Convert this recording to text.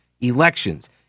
elections